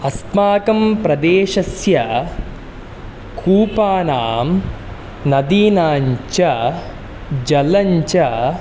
अस्माकं प्रदेशस्य कूपानां नदीनां जलं च